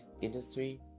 industry